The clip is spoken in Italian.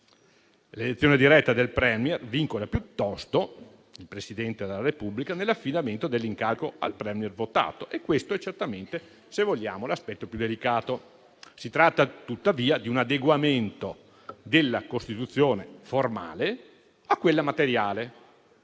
L'elezione diretta del *Premier* vincola piuttosto il Presidente della Repubblica nell'affidamento dell'incarico al *Premier* votato e questo è certamente, se vogliamo, l'aspetto più delicato. Si tratta tuttavia di un adeguamento della Costituzione formale a quella materiale.